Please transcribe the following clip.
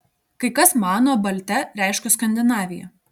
kai kas mano baltia reiškus skandinaviją